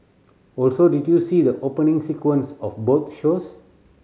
also did you see the opening sequence of both shows